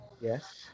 yes